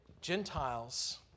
Gentiles